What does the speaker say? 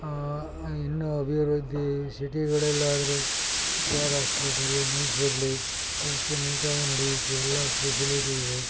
ಇನ್ನೂ ಅಭಿವೃದ್ಧಿ ಸಿಟಿಗಳಲ್ಲಾದರೆ ಕೆ ಆರ್ ಆಸ್ಪಿಟಲ್ಲು ಮೈಸೂರಲ್ಲಿ ಎಲ್ಲ ಫೆಸಿಲಿಟಿ ಇದೆ